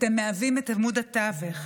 אתם מהווים את עמוד התווך,